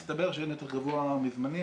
מסתבר שאין יותר קבוע מזמני,